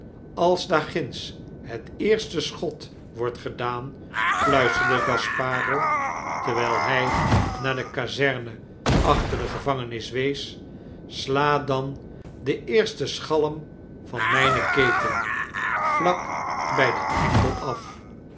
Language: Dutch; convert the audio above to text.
als daar ginds het eerste schot wordtgedaan fluisterde gasparo terwyl hy naar de kazerne achter de gevangenis wees sla dan den eersten schalm van mijne keten vlak bij den enkel af